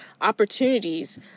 opportunities